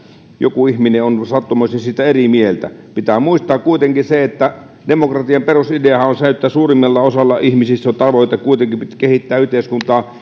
joku ihminen on sattumoisin siitä eri mieltä pitää muistaa kuitenkin se että demokratian perusideahan on se että suurimmalla osalla ihmisistä on tavoite kuitenkin kehittää yhteiskuntaa